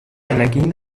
energien